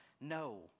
No